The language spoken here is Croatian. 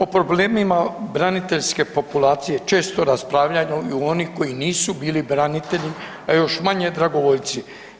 O problemima braniteljske populacije često raspravljaju i oni koji nisu bili branitelji, a još manje dragovoljci.